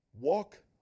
walk